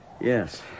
Yes